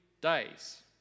days